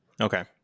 Okay